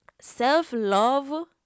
self-love